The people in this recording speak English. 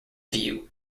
view